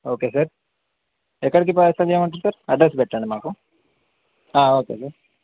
okay sir ఎక్కడికి పసలు ఏమంటది సార్ అడ్రస్ పెట్టండి మాకు ఓకే సార్